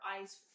eyes